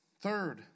Third